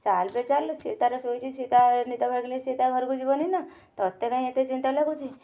ଚାଲ୍ ବେ ଚାଲ୍ ସିଏ ତା'ର ଶୋଇଛି ସିଏ ତା' ନିଦ ଭାଙ୍ଗିଲେ ସେ ତା' ଘରକୁ ଯିବନି ନା ତୋତେ କାହିଁ ଏତେ ଚିନ୍ତା ଲାଗୁଛି